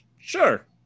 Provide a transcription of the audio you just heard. Sure